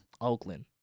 oakland